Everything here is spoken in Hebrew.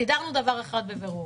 סידרנו דבר אחד בבירור: